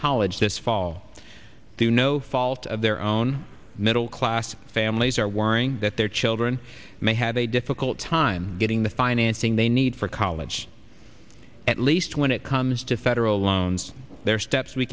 college this fall through no fault of their own middle class families are worrying that their children may have a difficult time getting the financing they need for college at least when it comes to federal loans there are steps we